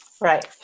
Right